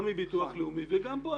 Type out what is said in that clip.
גם מביטוח לאומי וגם כאן.